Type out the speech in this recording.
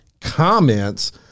comments